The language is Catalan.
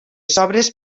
sobres